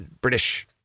British